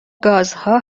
گازها